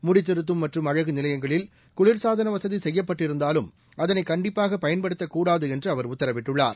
முடித்திருத்தும் மற்றும் அழகு நிலையங்களில் குளிர்ச்சாதன வசதி செய்யப்பட்டிருந்தாலும் அதனை கண்டிப்பாக பயன்படுத்தக்கூடாது என்று அவர் உத்தரவிட்டுள்ளார்